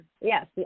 Yes